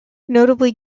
notably